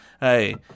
hey